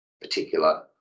particular